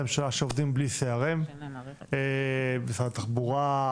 ממשלה שעובדים בלי CRM. משרד התחבורה,